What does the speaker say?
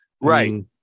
right